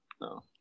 No